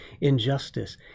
injustice